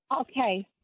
Okay